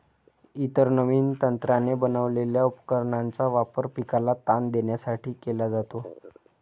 इतर नवीन तंत्राने बनवलेल्या उपकरणांचा वापर पिकाला ताण देण्यासाठी केला जातो